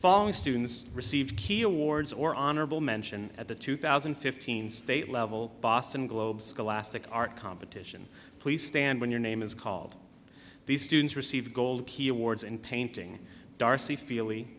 following students receive key awards or honorable mention at the two thousand and fifteen state level boston globe scholastic art competition please stand when your name is called these students receive gold key awards in painting darcy feely